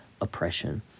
oppression